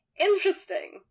interesting